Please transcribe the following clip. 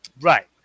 Right